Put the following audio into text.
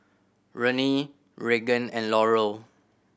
Renee Regan and Laurel